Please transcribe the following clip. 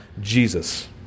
Jesus